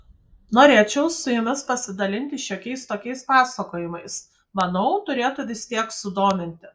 norėčiau su jumis pasidalinti šiokiais tokiais pasakojimais manau turėtų vis tiek sudominti